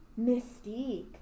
mystique